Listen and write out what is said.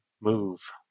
Move